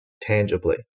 tangibly